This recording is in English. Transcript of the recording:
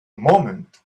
moment